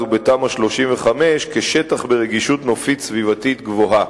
ובתמ"א 35 כשטח ברגישות נופית סביבתית גבוהה.